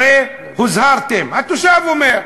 ראו הוזהרתם, התושב אומר.